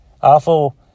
awful